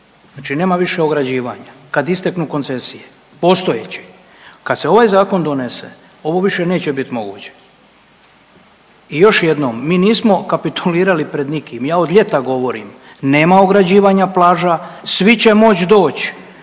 znači nema više ograđivanja kad isteknu koncesije postojeće. Kad se ovaj zakon donese ovo više neće bit moguće. I još jednom, mi nismo kapitulirali pred nikim, ja od ljeta govorim, nema ograđivanja plaža, svi će moć doć,